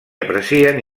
aprecien